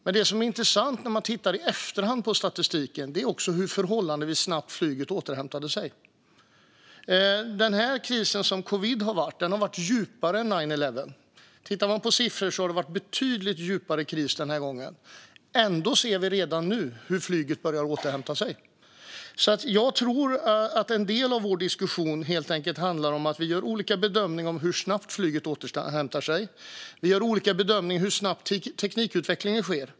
Men det som är intressant att se i statistiken efteråt är hur förhållandevis snabbt flyget återhämtade sig. Covidkrisen har varit djupare än "nine eleven". Siffrorna visar att det har varit en betydligt djupare kris den här gången. Ändå ser vi redan nu hur flyget börjar återhämta sig. Jag tror att en del av vår diskussion helt enkelt handlar om att vi gör olika bedömningar om hur snabbt flyget återhämtar sig. Vi gör olika bedömningar när det gäller hur snabbt teknikutvecklingen sker.